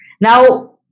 Now